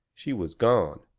she was gone.